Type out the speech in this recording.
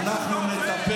במקום שתהיה